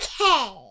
Okay